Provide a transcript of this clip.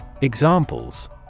Examples